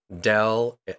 Dell